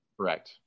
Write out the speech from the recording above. Correct